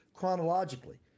chronologically